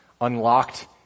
unlocked